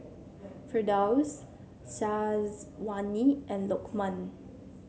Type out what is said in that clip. Firdaus Syazwani and Lokman